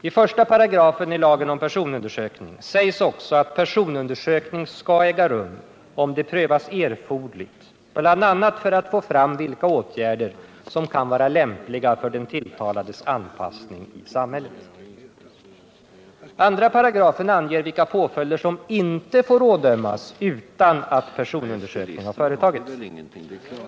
I 1§ i lagen om personundersökning sägs också att personundersökning skall äga rum, om det prövas erforderligt, bl.a. för att få fram vilka åtgärder som kan vara lämpliga för den tilltalades anpassning i samhället. 2 § anger vilka påföljder som inte får ådömas utan att personundersökning har företagits.